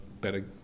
better